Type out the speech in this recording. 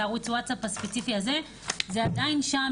ערוץ הווטסאפ הספציפי הזה זה עדיין שם,